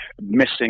missing